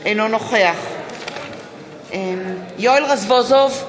אינו נוכח יואל רזבוזוב,